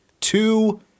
Two